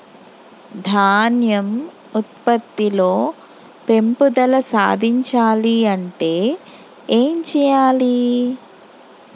ధాన్యం ఉత్పత్తి లో పెంపుదల సాధించాలి అంటే ఏం చెయ్యాలి?